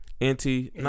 Anti